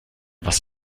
was